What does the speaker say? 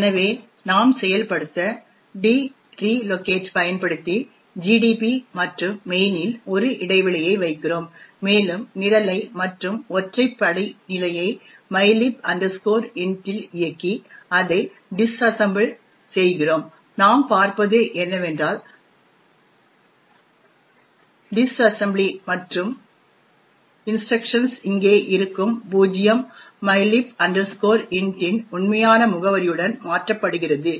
எனவே நாம் செயல்படுத்த dreloc பயன்படுத்தி GDB மற்றும் மெயினில் ஒரு இடைவெளியை வைக்கிறோம் மேலும் நிரலை மற்றும் ஒற்றை படிநிலையை mylib int இல் இயக்கி அதை டிஸ்அசெம்ப்ள் செய்கிறோம் நாம் பார்ப்பது என்னவென்றால் டிஸ்அசெம்ப்ளி மற்றும் இன்ஸ்ட்ரக்ஷன்ஸ் இங்கே இருக்கும் பூஜ்ஜியம் mylib int இன் உண்மையான முகவரியுடன் மாற்றப்படுகிறது